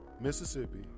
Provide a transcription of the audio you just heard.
Mississippi